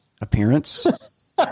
appearance